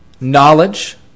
knowledge